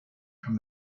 from